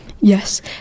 Yes